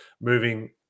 moving